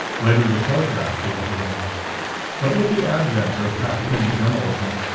later the telegraph gave it room but, with the advent of halfpenny journalism,